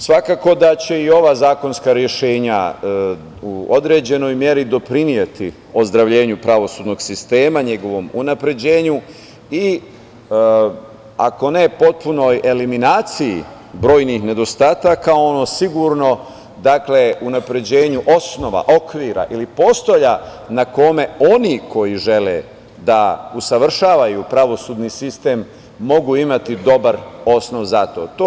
Svakako da će i ova zakonska rešenja u određenoj meri doprineti ozdravljenju pravosudnog sistema, njegovom unapređenju i ako ne potpunoj eliminaciji brojnih nedostataka, ono sigurno unapređenju osnova, okvira ili postolja na kome oni koji žele da usavršavaju pravosudni sistem mogu imati dobar osnov za to.